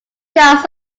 yards